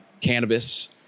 cannabis